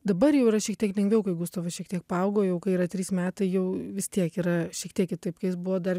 dabar jau yra šiek tiek lengviau kai gustavas šiek tiek paaugo jau yra trys metai jau vis tiek yra šiek tiek kitaip kai jis buvo dar